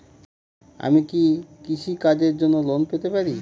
আমি কি কৃষি কাজের জন্য লোন পেতে পারি?